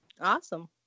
Awesome